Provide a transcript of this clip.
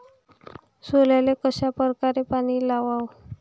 सोल्याले कशा परकारे पानी वलाव?